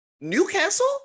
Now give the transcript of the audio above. newcastle